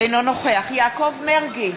אינו נוכח יעקב מרגי,